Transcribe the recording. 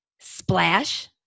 Splash